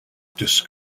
disc